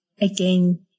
again